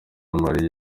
marie